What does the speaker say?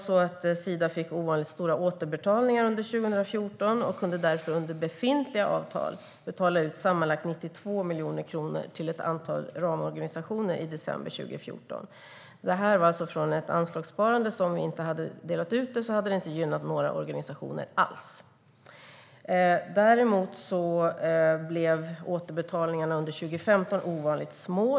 Sida fick ovanligt stora återbetalningar under 2014 och kunde därför under befintliga avtal betala ut sammanlagt 92 miljoner kronor till ett antal ramorganisationer i december 2014. Detta var alltså från ett anslagssparande, och om vi inte hade delat ut det hade det inte gynnat några organisationer alls. Däremot blev återbetalningarna under 2015 ovanligt små.